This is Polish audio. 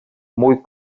mój